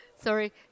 Sorry